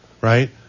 right